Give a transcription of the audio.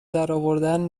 درآوردن